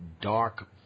dark